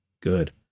Good